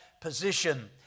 position